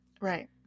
Right